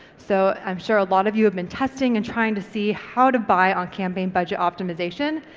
so i'm sure a lot of you have been testing and trying to see how to buy on campaign budget optimisation,